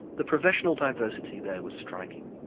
the professional diversity there was striking.